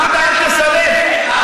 יהודה, אל תסלף.